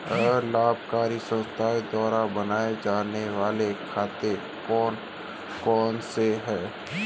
अलाभकारी संस्थाओं द्वारा बनाए जाने वाले खाते कौन कौनसे हैं?